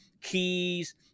keys